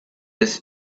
his